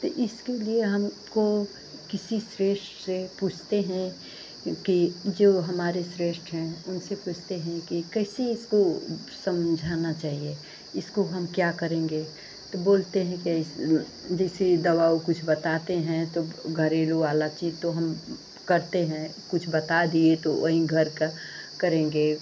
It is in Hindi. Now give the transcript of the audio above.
तो इसके लिए हमको किसी श्रेष्ट से पूछते हैं कि जो हमारे श्रेष्ट हैं उनसे पूछते हैं कि कैसे इसको समझाना चाहिए इसको ब हम क्या करेंगे तो बोलते हैं क्या इस जैसे दवा वो कुछ बताते हैं तो घरेलू वाला चीज़ तो हम करते हैं कुछ बता दिए तो वहीं घर का करेंगे